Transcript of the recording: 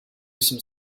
some